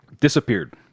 disappeared